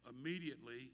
immediately